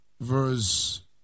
verse